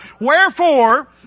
Wherefore